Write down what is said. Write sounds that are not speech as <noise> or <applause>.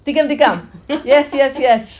tikam tikam <laughs>